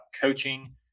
coaching